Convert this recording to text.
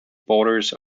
borders